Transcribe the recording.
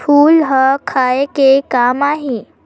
फूल ह खाये के काम आही?